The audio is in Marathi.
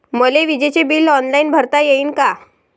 मले विजेच बिल ऑनलाईन भरता येईन का?